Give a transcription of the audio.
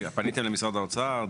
פניתם למשרד האוצר?